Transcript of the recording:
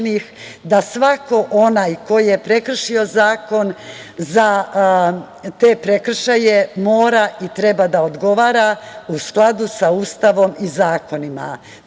da svako onaj ko je prekršio zakon, za te prekršaje mora i treba da odgovara, u skladu sa Ustavom i zakonima.